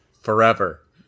forever